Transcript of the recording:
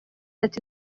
ati